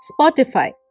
Spotify